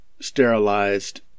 sterilized